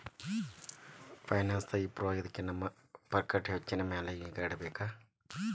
finance improve ಆಗ್ಲಿಕ್ಕೆ ನಮ್ ಖರ್ಛ್ ವೆಚ್ಚಿನ್ ಮ್ಯಾಲೆ ನಿಗಾ ಇಡ್ಬೆಕ್